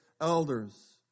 elders